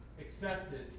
accepted